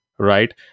right